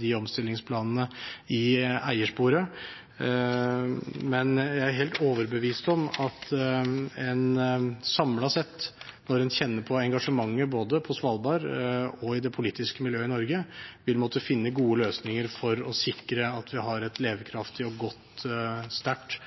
de omstillingsplanene i eiersporet. Men jeg er helt overbevist om at en samlet sett, når en kjenner på engasjementet både på Svalbard og i det politiske miljøet i Norge, vil finne gode løsninger for å sikre at vi vil ha et levekraftig, godt og sterkt